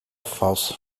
falsa